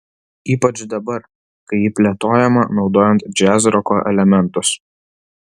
ypač dabar kai ji plėtojama naudojant džiazroko elementus